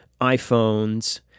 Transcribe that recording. iPhones